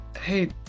hey